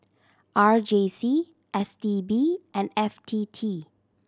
R J C S T B and F T T